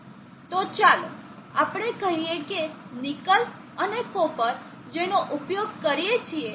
તો ચાલો આપણે કહીએ કે નિકલ અને કોપર જેનો ઉપયોગ કરીએ છીએ